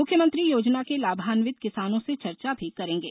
मुख्यमंत्री योजना के लाभान्वित किसानों से चर्चा भी करेंगे